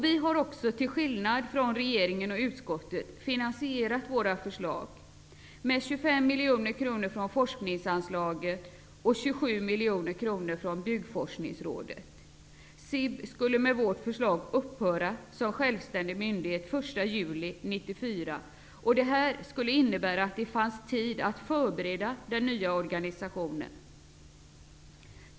Vi har också, till skillnad från regeringen och utskottet, finansierat vårt förslag med 25 miljoner kronor från forskningsanslaget och 27 miljoner kronor från Byggforskningsrådet. SIB skulle med vårt förslag upphöra som självständig myndighet den 1 juli 1994. Det skulle innebära att det fanns tid att förbereda den nya organisationen.